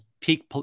peak